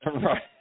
right